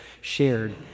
shared